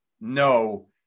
no